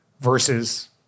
versus